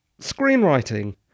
screenwriting